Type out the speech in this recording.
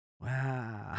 Wow